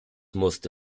musste